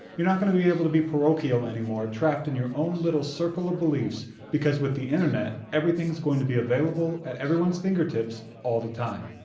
you're not going to be able to parochial anymore trapped in your own little circle of beliefs because with the internet everything's going to be available at everyone's fingertips all the time.